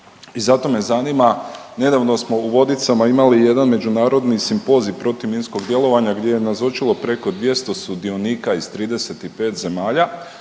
i zato me zanima, nedavno smo u Vodicama imali jedan međunarodni simpozij protiv minskog djelovanja gdje je nazočilo preko 200 sudionika iz 35 zemalja,